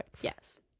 yes